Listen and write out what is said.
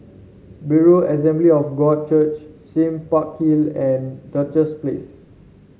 Berean Assembly of God Church Sime Park Hill and Duchess Place